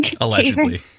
allegedly